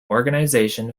organization